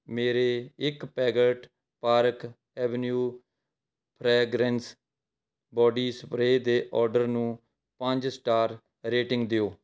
ਮੇਰੇ ਇੱਕ packet park avenue fragrance body spray ਦੇ ਆਰਡਰ ਨੂੰ ਪੰਜ ਸਟਾਰ ਰੇਟਿੰਗ ਦਿਓ